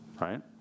right